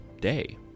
day